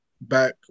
back